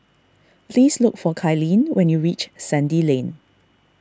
please look for Kylene when you reach Sandy Lane